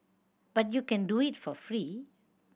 but you can do it for free